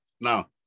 Now